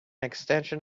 extension